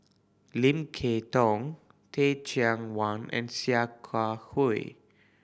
Lim Kay Tong Teh Cheang Wan and Sia Kah Hui